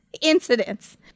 Incidents